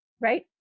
Right